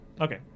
Okay